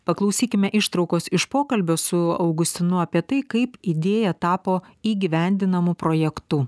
paklausykime ištraukos iš pokalbio su augustinu apie tai kaip idėja tapo įgyvendinamu projektu